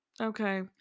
Okay